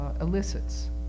elicits